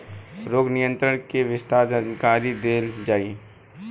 रोग नियंत्रण के विस्तार जानकरी देल जाई?